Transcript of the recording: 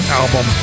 album